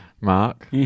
Mark